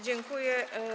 Dziękuję.